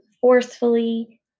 forcefully